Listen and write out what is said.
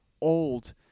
old